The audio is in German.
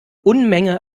unmenge